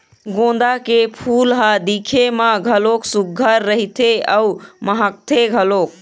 गोंदा फूल ह दिखे म घलोक सुग्घर रहिथे अउ महकथे घलोक